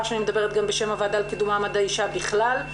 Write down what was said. שאני מדברת גם בשם הוועדה לקידום מעמד האישה בכלל,